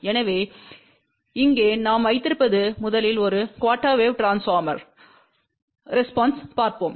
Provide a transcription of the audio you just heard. எனவே இங்கே நாம் வைத்திருப்பது முதலில் ஒரு குஆர்டெர் வேவ் ட்ரான்ஸ்போர்மர்யின் ரெஸ்பான்ஸைப் பார்ப்போம்